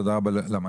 תודה רבה למנכ"ל,